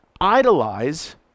idolize